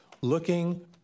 looking